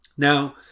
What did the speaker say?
Now